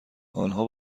آنها